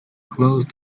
close